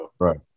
Right